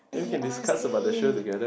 eh honestly